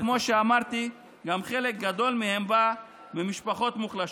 וכמו שאמרתי גם חלק גדול מהם בא ממשפחות מוחלשות.